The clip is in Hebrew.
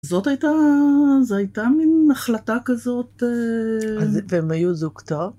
זאת הייתה זה הייתה מין החלטה כזאת... והם היו זוג טוב?